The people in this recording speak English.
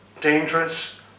Dangerous